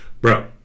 bro